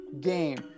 game